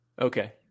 Okay